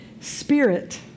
spirit